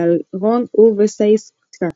באלרון ובסאיטקס.